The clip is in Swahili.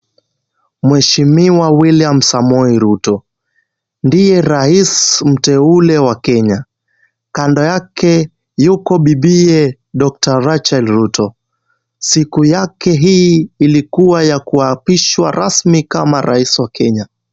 Mheshimiwa William Samoei Ruto ,ndiye raisi mteule wa Kenya ,kando yake ni bibiye doctor (cs)Rachel Ruto ,siku yake hii ilikua ya kuapishwa rasmi kama raisi wa Kenya .